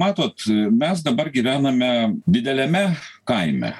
matot mes dabar gyvename dideliame kaime